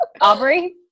Aubrey